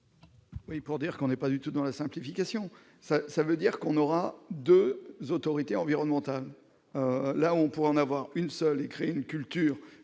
Oui pour dire qu'on n'est pas du tout dans la simplification, ça, ça veut dire qu'on aura 2 les autorités environnementales, là, on pourrait en avoir une seule, créer une culture,